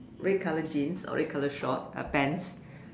red colour jeans or red colour short uh pants